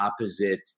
opposite